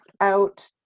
out